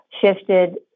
shifted